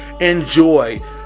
enjoy